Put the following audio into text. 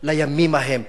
לימים ההם?